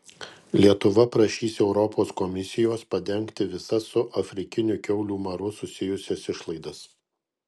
lietuva prašys europos komisijos padengti visas su afrikiniu kiaulių maru susijusias išlaidas